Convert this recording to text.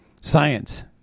science